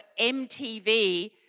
MTV